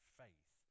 faith